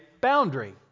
boundary